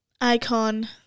Icon